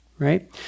right